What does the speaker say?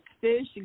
fish